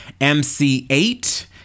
MC8